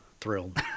thrilled